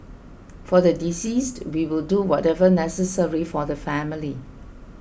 for the deceased we will do whatever necessary for the family